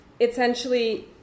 essentially